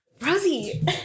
Rosie